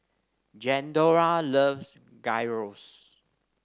Glendora loves Gyros